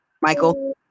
Michael